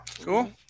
cool